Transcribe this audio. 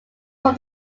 from